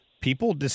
people